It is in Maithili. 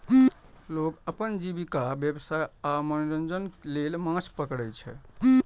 लोग अपन जीविका, व्यवसाय आ मनोरंजन लेल माछ पकड़ै छै